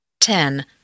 Ten